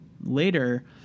later